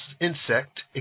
insect